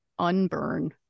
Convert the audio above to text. unburn